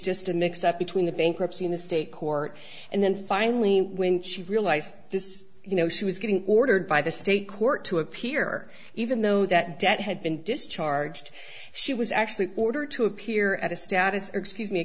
just a mix up between the bankruptcy in the state court and then finally when she realized this you know she was getting ordered by the state court to appear even though that debt had been discharged she was actually ordered to appear at a status excuse me a